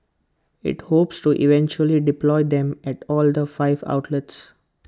IT hopes to eventually deploy them at all five outlets